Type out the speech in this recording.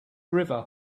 river